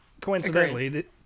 coincidentally